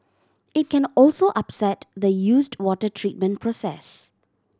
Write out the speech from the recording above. it can also upset the used water treatment process